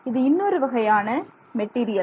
இது இன்னொரு வகையான மெட்டீரியல்